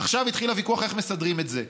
עכשיו החל הוויכוח, איך מסדרים את זה.